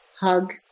hug